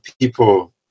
people